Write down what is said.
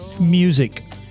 music